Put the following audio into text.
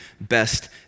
best